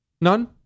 None